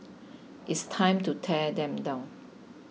it's time to tear them down